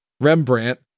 Rembrandt